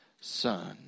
son